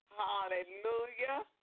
hallelujah